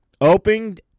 opened